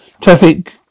traffic